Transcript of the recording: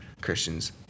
Christians